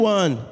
one